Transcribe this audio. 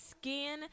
skin